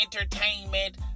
entertainment